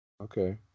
okay